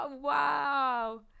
Wow